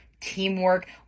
teamwork